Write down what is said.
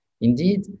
Indeed